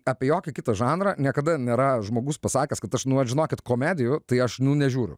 apie jokį kitą žanrą niekada nėra žmogus pasakęs kad aš nu vat žinokit komedijų tai aš nežiūriu